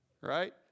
Right